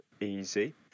easy